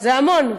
זה המון.